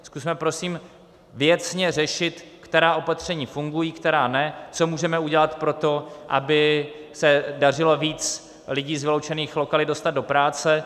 Zkusme prosím věcně řešit, která opatření fungují, která ne, co můžeme udělat pro to, aby se dařilo víc lidí z vyloučených lokalit dostat do práce.